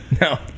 no